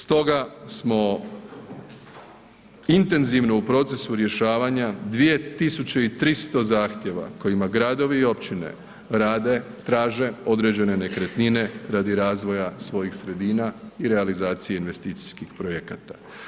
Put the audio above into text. Stoga smo intenzivno u procesu rješavanja 2.300 zahtjeva kojima gradovi i općine rade, traže određene nekretnine radi razvoja svojih sredina i realizacije investicijskih projekata.